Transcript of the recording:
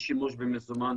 לשימוש במזומן,